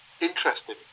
Interesting